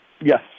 Yes